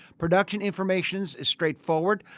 production information is straight forward.